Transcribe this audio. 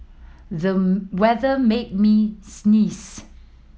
them weather made me sneeze